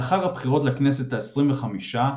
לאחר הבחירות לכנסת ה-25,